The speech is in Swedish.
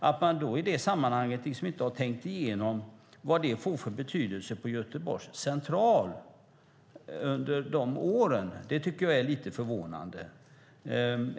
Att man under denna tid inte har tänkt igenom vilken betydelse det får för Göteborgs central tycker jag är lite förvånande.